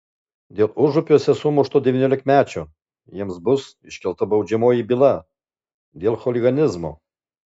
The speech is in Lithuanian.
dėl užupiuose sumušto devyniolikmečio jiems bus iškelta baudžiamoji byla dėl chuliganizmo